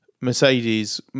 Mercedes